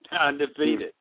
Undefeated